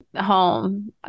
home